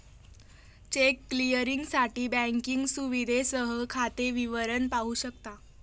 check क्लिअरिंगसाठी banking सुविधेसह खाते विवरण पाहू शकता